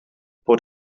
bod